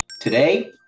Today